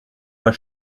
pas